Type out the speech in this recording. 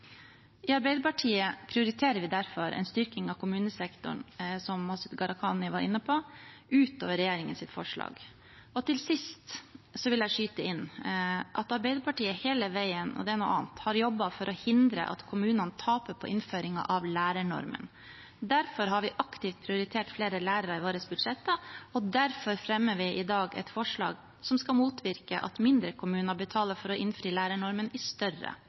I Arbeiderpartiet prioriterer vi derfor en styrking av kommunesektoren, som Masud Gharahkhani var inne på, utover regjeringens forslag. Til sist vil jeg skyte inn at Arbeiderpartiet hele veien – og dette er noe annet – har jobbet for å hindre at kommunene taper på innføringen av lærernormen. Derfor har vi aktivt prioritert flere lærere i våre budsjetter, og derfor fremmer vi i dag et forslag som skal motvirke at mindre kommuner betaler for å innfri lærernormen i større